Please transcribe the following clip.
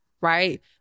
right